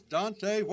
Dante